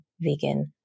vegan